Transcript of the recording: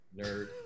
Nerd